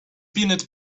peanut